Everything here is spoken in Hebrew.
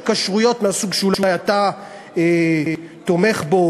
על כשרויות מהסוג שאולי אתה תומך בו,